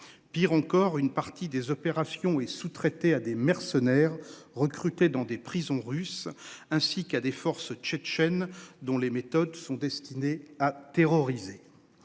Pire encore, une partie des opérations et sous-traitée à des mercenaires recrutés dans des prisons russes, ainsi qu'à des forces tchétchènes dont les méthodes sont destinées à terroriser.